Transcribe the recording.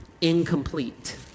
incomplete